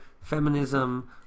feminism